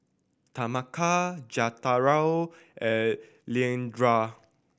Tameka Jethro and Leandra